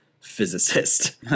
physicist